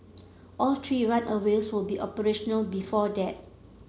all three will be operational before that